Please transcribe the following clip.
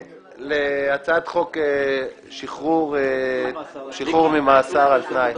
להצעת חוק שחרור ממאסר על תנאי.